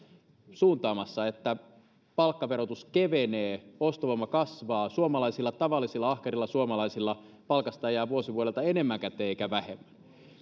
suuntaamassa että palkkaverotus kevenee ostovoima kasvaa suomalaisilla tavallisilla ahkerilla suomalaisilla palkasta jää vuosi vuodelta enemmän käteen eikä vähemmän